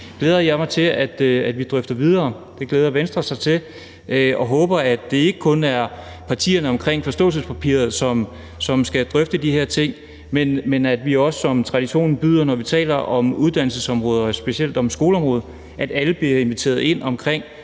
glæder jeg mig til at vi drøfter videre, og det glæder Venstre sig til. Jeg håber, at det ikke kun er partierne omkring forståelsespapiret, der skal drøfte de her ting, men at alle, som traditionen byder, når vi taler om uddannelsesområdet og specielt om skoleområdet, bliver inviteret til at give